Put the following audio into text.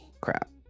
Crap